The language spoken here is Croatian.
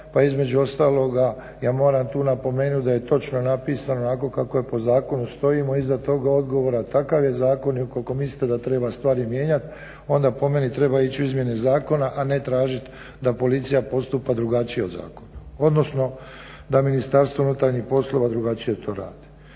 između ostaloga ja moram tu napomenuti da je točno napisano onako kako po zakonu stoji, a iza toga je odgovor a takav je zakon i ukoliko mislite da treba stvari mijenjati onda po meni treba ići u izmjene zakona, a ne tražiti da Policija postupa drugačije od zakona, odnosno da Ministarstvo unutarnjih poslova drugačije to radi.